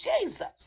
Jesus